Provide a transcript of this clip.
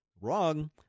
Wrong